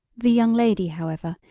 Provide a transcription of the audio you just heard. the young lady, however,